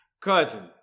cousin